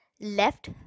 Left